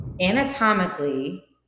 anatomically